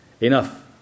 Enough